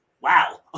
wow